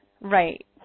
Right